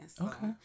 Okay